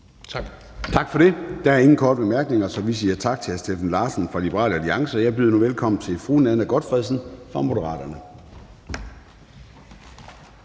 Tak for det. Der er ikke nogen korte bemærkninger. Vi siger tak til hr. Steffen W. Frølund fra Liberal Alliance. Jeg byder nu velkommen til hr. Mohammad Rona fra Moderaterne.